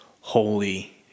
holy